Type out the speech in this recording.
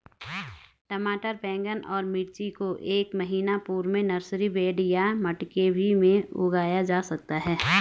टमाटर बैगन और मिर्ची को एक महीना पूर्व में नर्सरी बेड या मटके भी में उगाया जा सकता है